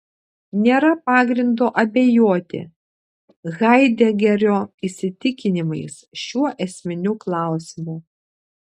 nėra pagrindo abejoti haidegerio įsitikinimais šiuo esminiu klausimu